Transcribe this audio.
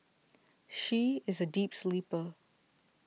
she is a deep sleeper